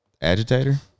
Agitator